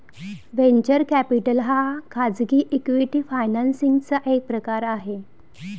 venture capital हा खाजगी equity financing चा एक प्रकार आहे